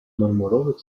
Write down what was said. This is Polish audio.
marmurowy